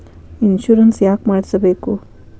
Insurance ಯಾಕ್ ಮಾಡಿಸಬೇಕು?